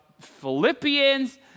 Philippians